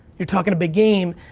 you're talking a big game,